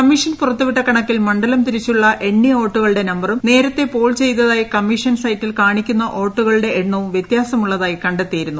commission പുറത്തുവിട്ട കണക്കിൽ മണ്ഡലം തിരിച്ചുള്ള എണ്ണിയ വോട്ടുകളുടെ നമ്പറും നേരത്തെ പോൾ ചെയ്തതായി കമ്മീഷൻ സൈറ്റിൽ കാണിക്കുന്ന വോട്ടുകളുടെ എണ്ണവും വ്യത്യാസമുള്ളതായി കണ്ടെത്തിയിരുന്നു